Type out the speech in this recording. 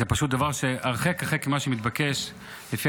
זה פשוט הרחק הרחק ממה שמתבקש לפי